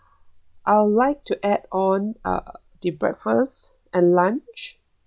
I would like to add on uh the breakfast and lunch